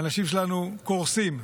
האנשים שלנו קורסים.